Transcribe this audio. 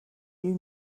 you